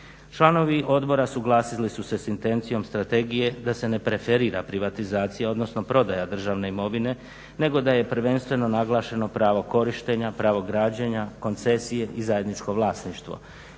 Članovi odbora suglasili su se s intencijom strategije da se ne preferira privatizacija, odnosno prodaja državne imovine nego da je prvenstveno naglašeno pravo korištenja, pravo građenja, koncesije i zajedničko vlasništvo.